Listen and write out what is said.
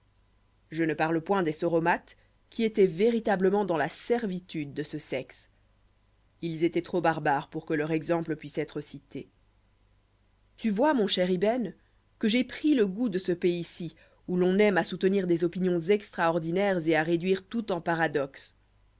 je ne parle point des sauromates qui étoient véritablement dans la servitude de ce sexe ils étoient trop barbares pour que leur exemple puisse être cité tu vois mon cher ibben que j'ai pris le goût de ce pays-ci où l'on aime à soutenir des opinions extraordinaires et à réduire tout en paradoxe